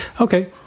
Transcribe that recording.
Okay